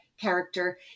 character